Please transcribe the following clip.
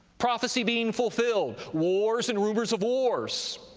prophecy being fulfilled wars and rumors of wars,